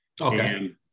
Okay